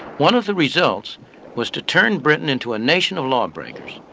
one of the results was to turn britain into a nation of lawbreakers.